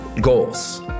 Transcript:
goals